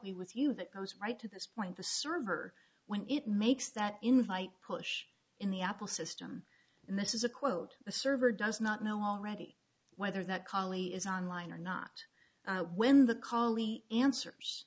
that goes right to this point the server when it makes that invite push in the apple system and this is a quote the server does not know already whether that kali is on line or not when the colley answers